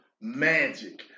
magic